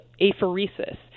apheresis